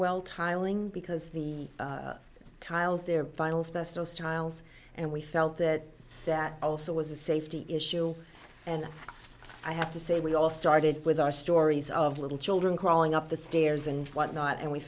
well tiling because the tiles there vinyls best those tiles and we felt that that also was a safety issue and i have to say we all started with our stories of little children crawling up the stairs and whatnot and we